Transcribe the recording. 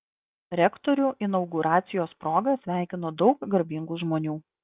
rektorių inauguracijos proga sveikino daug garbingų žmonių